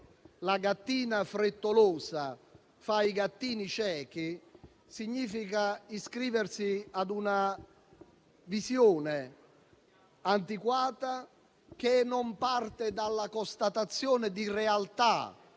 la gatta frettolosa fa i gattini ciechi significa iscriversi ad una visione antiquata che non parte dalla constatazione di realtà,